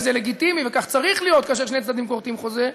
וזה לגיטימי וכך צריך להיות כאשר שני צדדים כורתים חוזה,